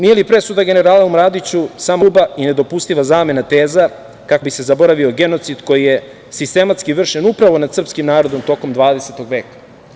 Nije li presuda generalu Mladiću samo gruba i nedopustiva zamena teza kako bi se zaboravio genocid koji je sistematski vršen upravo nad srpskim narodom tokom 20. veka?